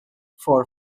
for